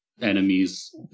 enemies